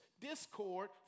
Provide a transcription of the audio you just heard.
discord